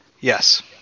Yes